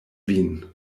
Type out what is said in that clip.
vin